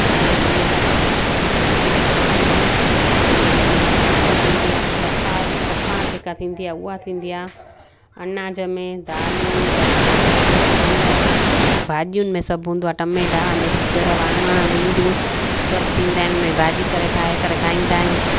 जय झूलेलाल असांजे जूनागढ़ जिले में ए मूं कणिक थींदी आहे कपास कपां जेका थींदी आहे उहा थींदी आहे अनाज में दालियूं चा दालियूं फल भाॼियुनि में सभु हूंदो आहे टमेटा मिर्च वाङण भिंडियूं सभु थींदा आहिनि उनजी भाॼी करे ठाहे करे खाईंदा आहियूं